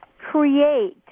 create